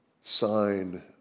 sign